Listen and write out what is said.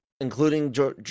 including